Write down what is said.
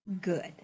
good